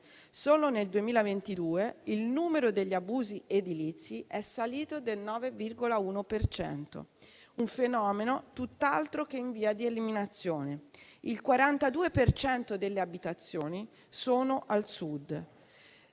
solo nel 2022 il numero degli abusi edilizi è salito del 9,1 per cento, un fenomeno tutt'altro che in via di eliminazione. Il 42 per cento delle abitazioni è al Sud